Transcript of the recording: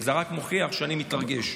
זה רק מוכיח שאני מתרגש.